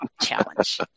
challenge